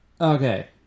Okay